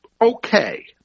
okay